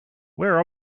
where